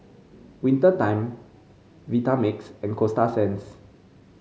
Winter Time Vitamix and Coasta Sands